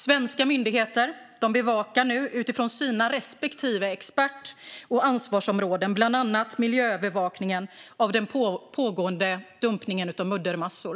Svenska myndigheter bevakar nu utifrån sina respektive expert och ansvarsområden bland annat miljöövervakningen av den pågående dumpningen av muddermassor.